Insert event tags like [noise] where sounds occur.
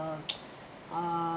a [noise] ah